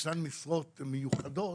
ישנן משרות מיוחדות